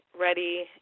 ready